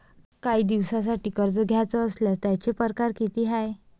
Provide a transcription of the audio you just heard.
कायी दिसांसाठी कर्ज घ्याचं असल्यास त्यायचे परकार किती हाय?